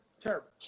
terrible